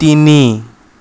তিনি